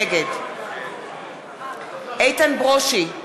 נגד איתן ברושי,